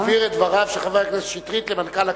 נעביר את דבריו של חבר הכנסת שטרית למנכ"ל הכנסת,